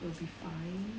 will be fine